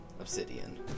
obsidian